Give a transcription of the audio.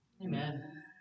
Amen